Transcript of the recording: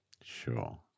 Sure